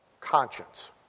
conscience